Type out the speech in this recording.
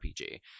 rpg